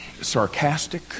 sarcastic